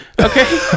Okay